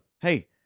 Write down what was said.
Hey